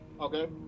Okay